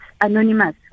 anonymous